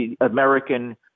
American